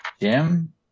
Jim